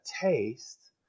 taste